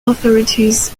authorities